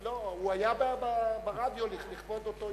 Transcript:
לא, הוא היה ברדיו לכבוד אותו יום.